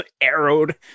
arrowed